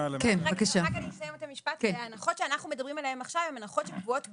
ההנחות שאנחנו מדברים עליהן עכשיו הן הנחות שקבועות בחוק,